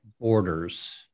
borders